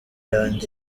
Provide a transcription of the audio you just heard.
yanjye